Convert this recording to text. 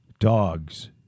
Dogs